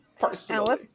personally